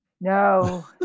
No